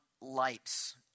lights